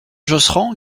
josserand